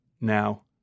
Now